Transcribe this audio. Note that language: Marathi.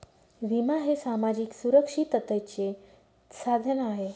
विमा हे सामाजिक सुरक्षिततेचे साधन आहे